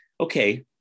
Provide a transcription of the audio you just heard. Okay